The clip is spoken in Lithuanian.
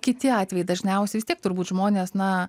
kiti atvejai dažniausiai vis tiek turbūt žmonės na